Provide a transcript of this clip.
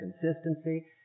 consistency